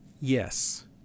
Yes